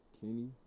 Kenny